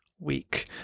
week